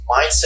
mindset